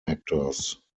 actors